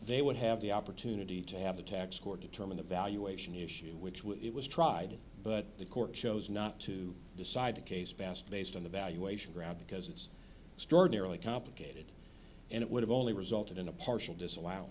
they would have the opportunity to have a tax court determine the valuation issue which was it was tried but the court chose not to decide the case past based on the valuation ground because it's extraordinarily complicated and it would have only resulted in a partial disallow